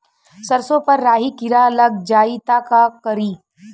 सरसो पर राही किरा लाग जाई त का करी?